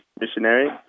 missionary